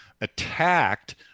attacked